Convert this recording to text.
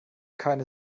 keine